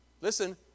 listen